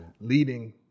leading